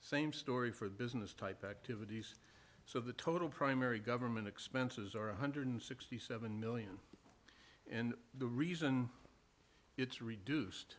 same story for business type activities so the total primary government expenses are one hundred sixty seven million and the reason it's reduced